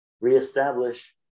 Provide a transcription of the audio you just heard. reestablish